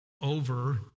over